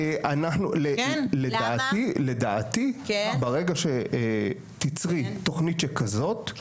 לדעתי ברגע שתצרי תוכנית שכזאת,